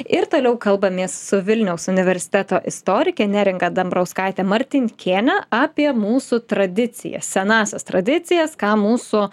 ir toliau kalbamės su vilniaus universiteto istorike neringa dambrauskaite martinkėne apie mūsų tradiciją senąsias tradicijas ką mūsų